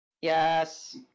Yes